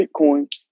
bitcoin